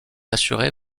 assurée